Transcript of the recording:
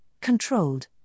Controlled